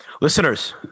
Listeners